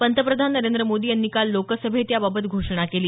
पंतप्रधान नरेंद्र मोदी यांनी काल लोकसभेत याबाबत घोषणा केली